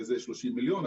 30 מיליון,